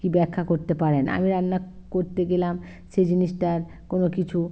কী ব্যাখ্যা করতে পারেন আমি রান্না করতে গেলাম সে জিনিসটার কোনো কিছু